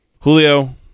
Julio